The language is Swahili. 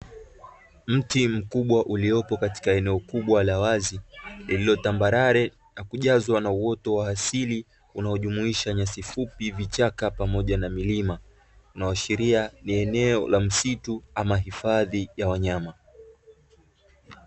Mti mkubwa iliopo katika eneo kubwa la wazi lililo tambalale, na kujazwa uoto wa asili unaojumisha nyasi fupi vichaka pamoja na milima inaoashiria eneo la misitu au hifadhi ya wanyama.